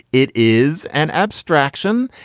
it is an abstraction.